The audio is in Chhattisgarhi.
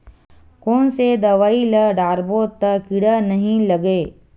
कोन से दवाई ल डारबो त कीड़ा नहीं लगय?